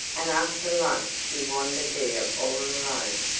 and after lunch she wandered there all alone,